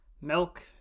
milk